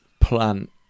Plant